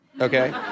okay